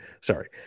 Sorry